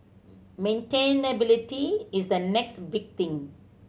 maintainability is the next big thing